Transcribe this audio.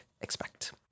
expect